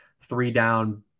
three-down